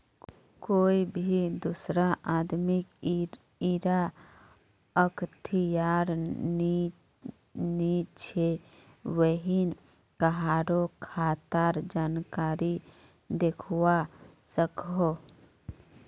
कोए भी दुसरा आदमीक इरा अख्तियार नी छे व्हेन कहारों खातार जानकारी दाखवा सकोह